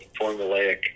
formulaic